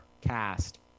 cast